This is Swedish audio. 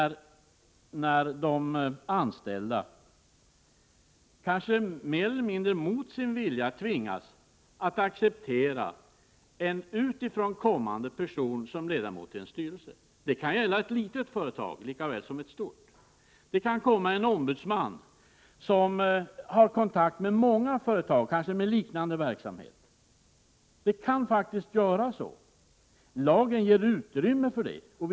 Det händer att de anställda, kanske mer eller mindre mot sin vilja, får acceptera en utifrån kommande person som sin ledamot i en styrelse. Det kan gälla i ett litet företag lika väl som i ett stort. Det kan vara fråga om en ombudsman som har kontakt med många företag, kanske med liknande verksamhet. Lagen ger faktiskt utrymme för detta.